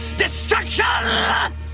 destruction